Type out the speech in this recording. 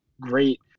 great